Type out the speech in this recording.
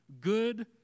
good